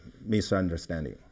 misunderstanding